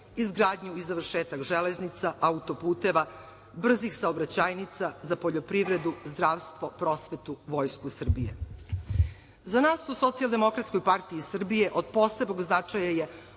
izgradnju i završetak železnica, auto-puteva, brzih saobraćajnica, za poljoprivredu, zdravstvo, prosvetu, Vojsku Srbije.Za nas u SDPS od posebnog značaja je